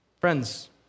Friends